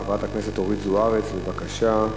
חברת הכנסת אורית זוארץ, בבקשה.